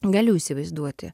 galiu įsivaizduoti